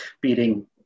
beating